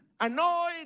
annoyed